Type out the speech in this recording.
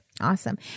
Awesome